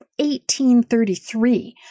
1833